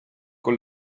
con